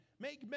Make